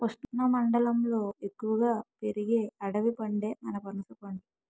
ఉష్ణమండలంలో ఎక్కువగా పెరిగే అడవి పండే మన పనసపండు